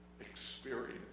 experience